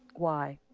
why?